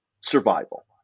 survival